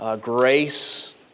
grace